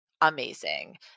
amazing